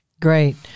Great